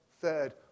third